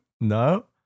No